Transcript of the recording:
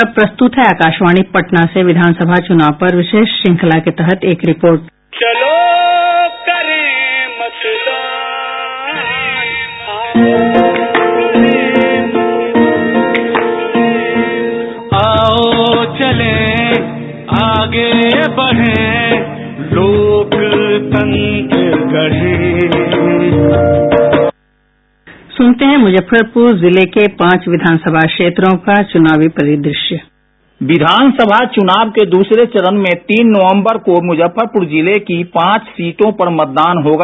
और अब प्रस्तुत है आकाशवाणी पटना से विधान सभा चुनाव पर विशेष श्रंखला के तहत एक रिपोर्ट साउंड बाईट सुनते हैं मुजफ्फरपुर जिले के पांच विधान सभा क्षेत्रों का चुनावी परिद्रश्य साउंड बाईट विधान सभा चुनाव के दूसरे चरण में तीन नवंबर को मुजफ्फरपुर जिले की पांच सीटों पर मतदान होगा